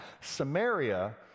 Samaria